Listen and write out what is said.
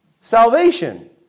Salvation